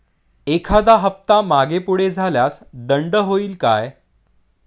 एखादा हफ्ता पुढे मागे झाल्यास दंड होईल काय?